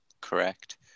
correct